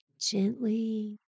gently